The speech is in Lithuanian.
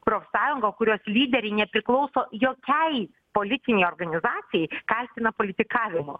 profsąjungą kurios lyderiai nepriklauso jokiai politinei organizacijai kaltina politikavimu